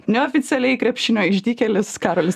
neoficialiai krepšinio išdykėlis karolis